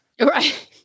Right